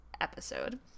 episode